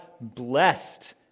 blessed